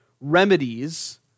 remedies